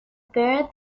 bear